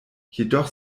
jedoch